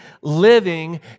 living